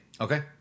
Okay